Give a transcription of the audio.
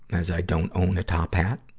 as i don't own a top hat.